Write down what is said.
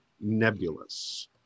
nebulous